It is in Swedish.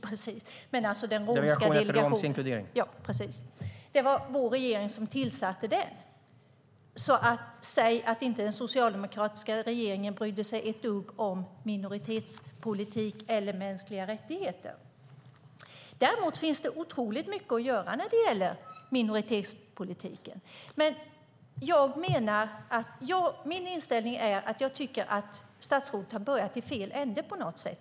: Delegationen för romsk inkludering.) Ja, precis. Det var vår regering som tillsatte den. Säg inte att den socialdemokratiska regeringen inte brydde sig ett dugg om minoritetspolitik eller mänskliga rättigheter. Däremot finns det otroligt mycket att göra när det gäller minoritetspolitiken. Jag tycker att statsrådet har börjat i fel ände på något sätt.